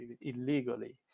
illegally